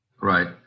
Right